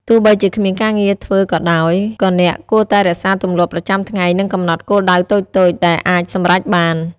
ទោះបីជាគ្មានការងារធ្វើក៏ដោយ ក៏អ្នកគួរតែរក្សាទម្លាប់ប្រចាំថ្ងៃ និងកំណត់គោលដៅតូចៗដែលអាចសម្រេចបាន។